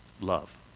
love